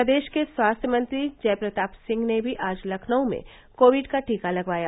प्रदेश के स्वास्थ्य मंत्री जय प्रताप सिंह ने भी आज लखनऊ में कोविड का टीका लगवाया